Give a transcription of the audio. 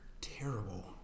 terrible